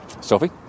Sophie